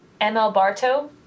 MLBarto